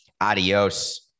Adios